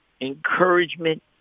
encouragement